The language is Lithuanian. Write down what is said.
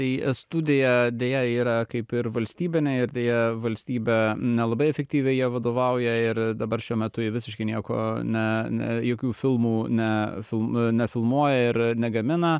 tai studija deja yra kaip ir valstybinė ir deja valstybė nelabai efektyviai jie vadovauja ir dabar šiuo metu visiškai nieko ne jokių filmų nefil nefilmuoja ir negamina